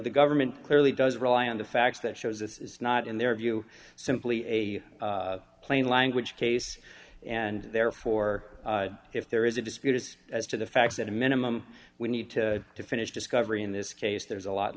the government clearly does rely on the facts that shows this is not in their view simply a plain language case and therefore ready if there is a dispute as to the fact that a minimum we need to to finish discovery in this case there's a lot